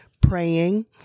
praying